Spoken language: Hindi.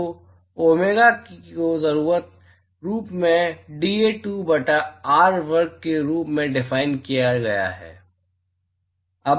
तो डोमेगा को ज़रूरी रूप से dA2 बटा r वर्ग के रूप में डिफाइन किया गया है